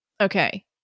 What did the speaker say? Okay